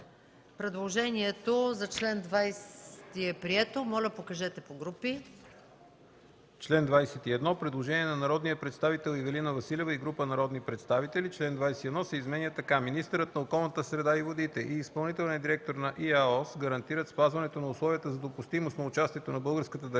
Предложението за чл. 20 е прието. ДОКЛАДЧИК ПЕТЪР КУРУМБАШЕВ: По чл. 21 има предложение на народния представител Ивелина Василева и група народни представители – чл. 21 се изменя така: „Министърът на околната среда и водите и изпълнителният директор на ИАОС гарантират спазването на условията за допустимост на участието на българската държава